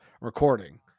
recording